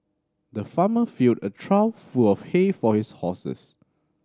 the farmer filled a trough full of hay for his horses